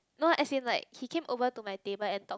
no as in like he came over to my table and talk